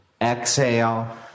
Exhale